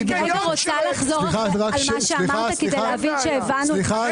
רוצה לחזור על מה שאמרת כדי להבין שהבנו כי זה